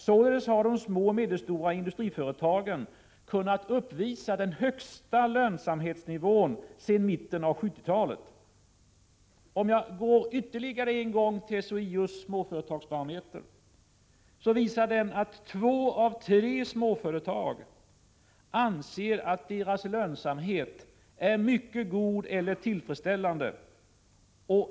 Således har de små och medelstora industriföretagen kunnat uppvisa den högsta lönsamhetsnivån sedan mitten av 1970-talet. Om jag än en gång går till SHIO:s Småföretagsbarometer, finner jag att den visar att två av tre småföretag anser att deras lönsamhet är mycket god eller tillfredsställande.